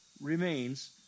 remains